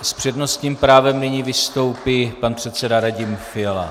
S přednostním právem nyní vystoupí pan předseda Radim Fiala.